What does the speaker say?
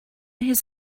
his